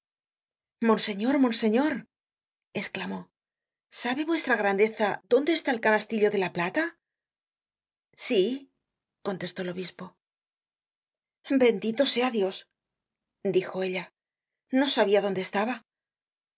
monseñor monseñor esclamó sabe vuestra grandeza dónde está el canastillo de la plata sí contestó el obispo bendito sea dios dijo ella no sabia dónde estaba